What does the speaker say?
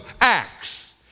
Acts